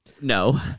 No